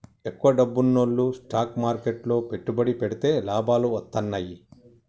ఎక్కువ డబ్బున్నోల్లు స్టాక్ మార్కెట్లు లో పెట్టుబడి పెడితే లాభాలు వత్తన్నయ్యి